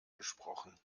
gesprochen